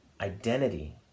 identity